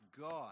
God